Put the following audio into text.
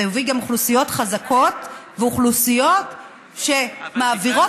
זה יביא אוכלוסיות חזקות ואוכלוסיות שמעבירות